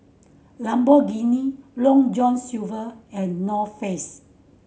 Lamborghini Long John Silver and North Face